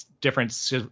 different